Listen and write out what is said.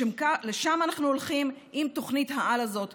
לשם אנחנו הולכים אם תוכנית-העל הזו תצליח.